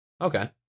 Okay